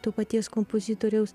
to paties kompozitoriaus